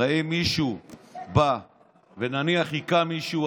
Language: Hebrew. הרי אם מישהו בא ונניח הכה מישהו,